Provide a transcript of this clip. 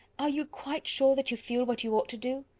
are you quite sure that you feel what you ought to do?